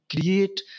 create